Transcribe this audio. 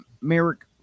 Merrick